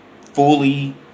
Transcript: fully